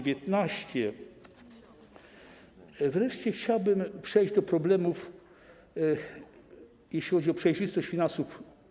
Wreszcie chciałbym przejść do problemów, jeśli chodzi o przejrzystość finansów.